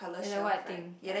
there's the white thing ya